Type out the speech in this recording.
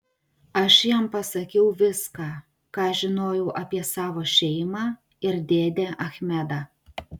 aš jam pasakiau viską ką žinojau apie savo šeimą ir dėdę achmedą